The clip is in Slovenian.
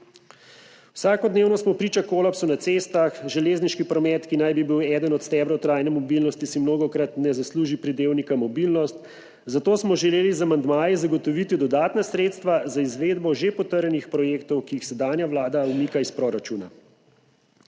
Vsakodnevno smo priča kolapsu na cestah, železniški promet, ki naj bi bil eden od stebrov trajne mobilnosti, si mnogokrat ne zasluži pridevnika mobilnost, zato smo želeli z amandmaji zagotoviti dodatna sredstva za izvedbo že potrjenih projektov, ki jih sedanja vlada umika iz proračuna.